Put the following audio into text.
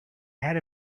had